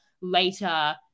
later